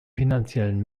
finanziellen